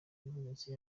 yabonetse